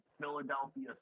Philadelphia